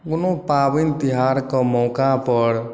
कोनो पाबनि तिहारके मौका पर